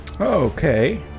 Okay